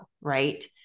Right